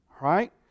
right